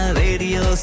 radio